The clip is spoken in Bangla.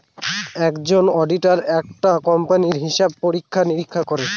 একজন অডিটার একটা কোম্পানির হিসাব পরীক্ষা নিরীক্ষা করে